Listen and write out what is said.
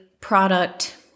product